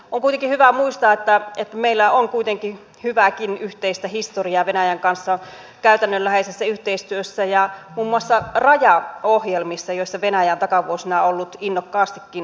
on kuitenkin hyvä muistaa että meillä on hyvääkin yhteistä historiaa venäjän kanssa käytännönläheisessä yhteistyössä ja muun muassa rajaohjelmissa joissa venäjä on takavuosina ollut innokkaastikin mukana